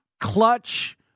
clutch